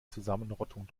zusammenrottung